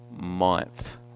month